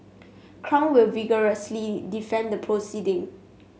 crown will vigorously defend the proceeding